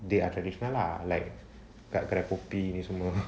they are traditional lah like kat kedai kopi ni semua